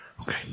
Okay